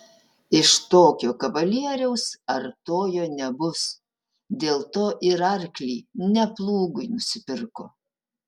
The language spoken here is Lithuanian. iš tokio kavalieriaus artojo nebus dėl to ir arklį ne plūgui nusipirko